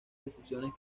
decisiones